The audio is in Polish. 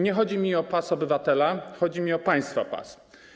Nie chodzi mi o pas obywatela, chodzi mi o państwa pas.